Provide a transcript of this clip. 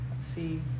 See